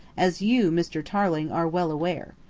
as you, mr. tarling, are well aware.